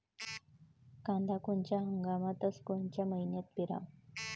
कांद्या कोनच्या हंगामात अस कोनच्या मईन्यात पेरावं?